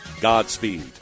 Godspeed